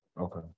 okay